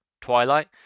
Twilight